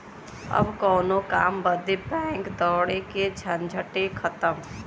अब कउनो काम बदे बैंक दौड़े के झंझटे खतम